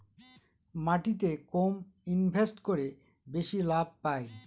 মাটিতে কম ইনভেস্ট করে বেশি লাভ পাই